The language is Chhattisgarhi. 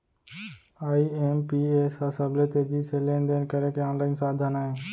आई.एम.पी.एस ह सबले तेजी से लेन देन करे के आनलाइन साधन अय